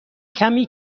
کمی